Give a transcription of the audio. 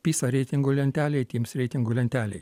pisa reitingų lentelėj tyms reitingų lentelėj